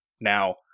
Now